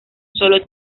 solo